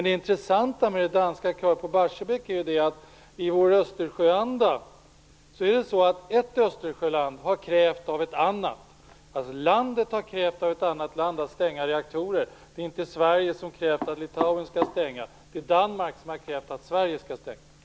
Det intressanta med det danska kravet på Barsebäck är att ett Östersjöland i den rådande Östersjöandan har krävt stängning av reaktorer i ett annat Östersjöland. Sverige har inte krävt att Litauen skall stänga reaktorer, men Danmark har krävt att Sverige skall stänga sådana.